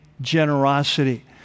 generosity